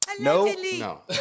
No